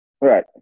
Right